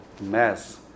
mass